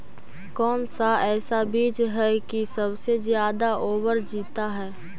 कौन सा ऐसा बीज है की सबसे ज्यादा ओवर जीता है?